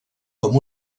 com